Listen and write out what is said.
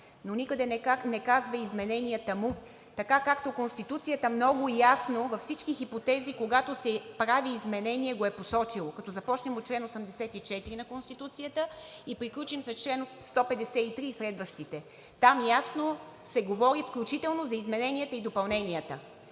но никъде не казва измененията му. Така както Конституцията много ясно във всички хипотези, когато се прави изменение, го е посочила, като започнем от чл. 84 на Конституцията и приключим с чл. 153 и следващите. Там ясно се говори, включително за измененията и допълненията.